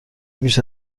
بیش